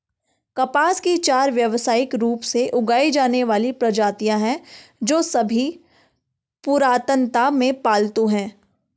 कपास की चार व्यावसायिक रूप से उगाई जाने वाली प्रजातियां हैं, जो सभी पुरातनता में पालतू हैं